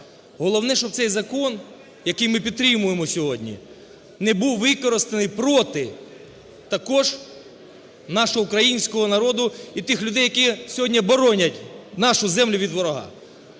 Головне, щоб цей закон, який ми підтримуємо сьогодні, не був використаний проти також нашого українського народу і тих людей, які сьогодні боронять нашу землю від ворога.